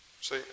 See